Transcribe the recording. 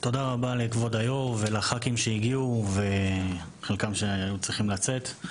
תודה רבה לכבוד היו"ר ולח"כים שהגיעו וחלקם שהיו צריכים לצאת.